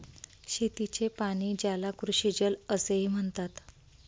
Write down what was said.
शेतीचे पाणी, ज्याला कृषीजल असेही म्हणतात